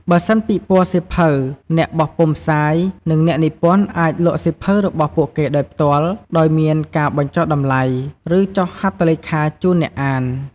បើសិនពិព័រណ៍សៀវភៅ អ្នកបោះពុម្ពផ្សាយ និងអ្នកនិពន្ធអាចលក់សៀវភៅរបស់ពួកគេដោយផ្ទាល់ ដោយមានការបញ្ចុះតម្លៃ ឬចុះហត្ថលេខាជូនអ្នកអាន។